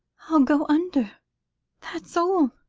i'll go under that's all.